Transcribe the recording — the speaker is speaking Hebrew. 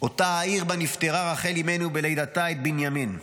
אותה העיר בה נפטרה רחל אימנו בלידתה את בנימין,